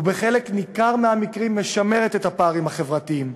ובחלק ניכר מהמקרים היא משמרת את הפערים החברתיים.